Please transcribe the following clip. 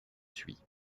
suis